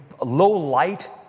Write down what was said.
low-light